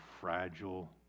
fragile